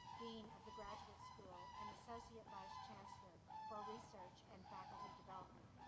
dean of the graduate school and associate vice chancellor for research and faculty development.